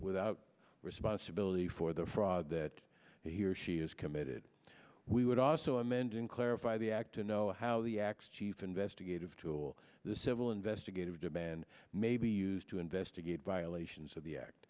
without responsibility for the fraud that he or she is committed we would also amending clarify the act and know how the acts chief investigative tool the civil investigative demand may be used to investigate violations of the act